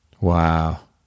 Wow